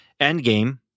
Endgame